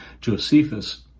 Josephus